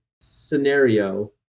scenario